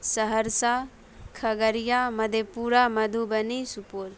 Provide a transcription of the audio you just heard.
Saharsa Khagaria Madhepura Madhubani Supaul